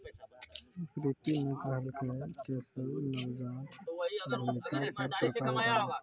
प्रीति न कहलकै केशव नवजात उद्यमिता पर प्रकाश डालौ